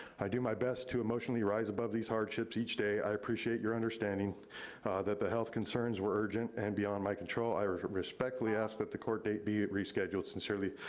i do my best to emotionally rise above these hardships each day. i appreciate your understanding that the health concerns were urgent and beyond my control. i respectfully ask that the court date be rescheduled. sincerely,